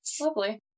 Lovely